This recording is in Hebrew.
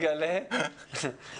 שאמרו